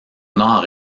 nord